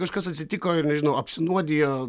kažkas atsitiko ir nežinau apsinuodijo